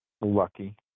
lucky